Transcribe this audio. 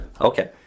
Okay